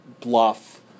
bluff